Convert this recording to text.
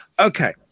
okay